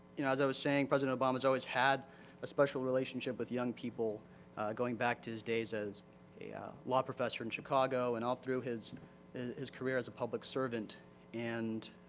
you know, as i was saying president obama has always had a special relationship with young people going back to his days as a law professor in chicago and all through his his career as a public servant and,